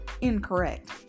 incorrect